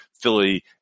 Philly